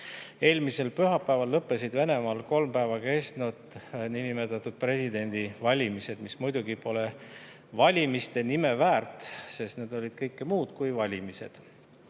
Eelmisel pühapäeval lõppesid Venemaal kolm päeva kestnud niinimetatud presidendivalimised, mis muidugi pole valimiste nime väärt, sest need olid kõike muud kui valimised